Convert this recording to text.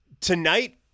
Tonight